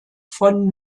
von